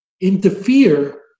interfere